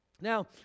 Now